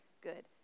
good